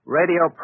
radio